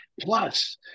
plus